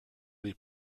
les